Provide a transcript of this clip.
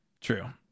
true